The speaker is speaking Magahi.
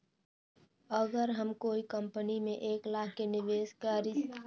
अगर हम कोई कंपनी में एक लाख के निवेस करईछी त एक साल बाद हमरा वापसी में केतना मिली?